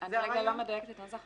כרגע אני לא מדייקת את הנוסח.